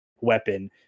weapon